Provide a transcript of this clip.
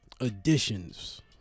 Additions